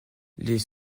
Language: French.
les